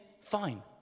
fine